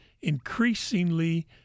increasingly